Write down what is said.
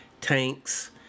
tanks